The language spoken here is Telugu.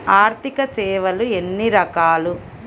ఆర్థిక సేవలు ఎన్ని రకాలు?